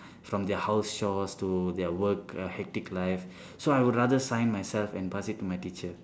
from their house chores to their work err hectic life so I would rather sign myself and pass it to my teacher